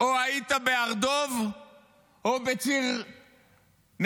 או היית בהר דב או בציר נצרים?